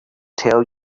tell